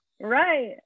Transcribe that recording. Right